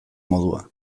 modua